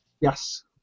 Yes